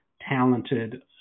talented